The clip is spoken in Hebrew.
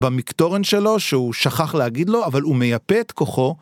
במקטורן שלו שהוא שכח להגיד לו אבל הוא מייפה את כוחו